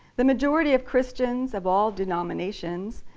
the majority of christians, of all denominations,